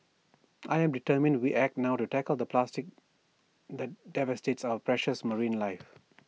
I am determined we act now to tackle the plastic that devastates our precious marine life